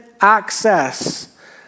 access